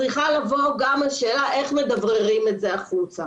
צריכה לבוא גם השאלה איך מדבררים את זה החוצה.